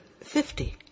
fifty